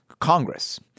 Congress